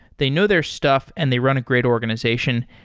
they know their stuff and they run a great organization.